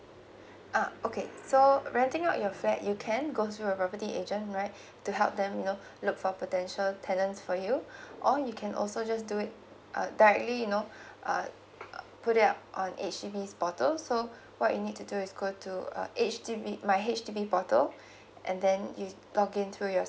uh okay so renting out your flat you can go to a property agent right to help them you know look for potential tenants for you or you can also just do it uh directly you know uh uh put it up on H_D_B portal so what you need to do is go to uh H_D_B my H_D_B portal and then you log in through your